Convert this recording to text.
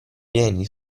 vieni